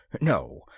No